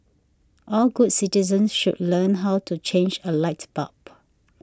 all good citizens should learn how to change a light bulb